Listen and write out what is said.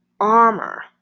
armor